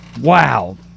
Wow